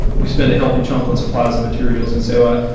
we spend a healthy chunk on supplies and materials and so on.